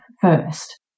first